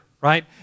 Right